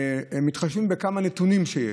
שמתחשבים בנתונים שיש,